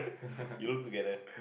you look together